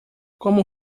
como